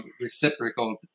reciprocal